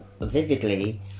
vividly